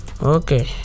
Okay